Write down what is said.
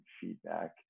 feedback